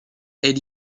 elle